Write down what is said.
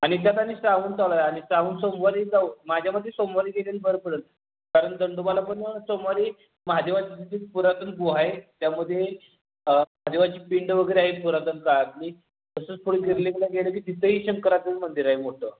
आणि त्यात आणि श्रावण चालू आहे आणि श्रावण सोमवारी जाऊ माझ्या मते सोमवारी गेलेलं बरं पडेल कारण दंडोबाला पण सोमवारी महादेवाची जिथे पुरातन गुहा आहे त्यामध्ये महादेवाची पिंड वगैरे आहे पुरातन काळातली तसंच पुढे गिरलिंगला गेलं की तिथंही शंकराचंच मंदीर आहे मोठं